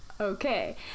Okay